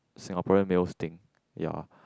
Singaporean males think ya